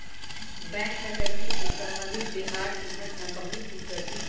bank डकैती से संबंधित बिहार के घटना बहुत ही चर्चित हई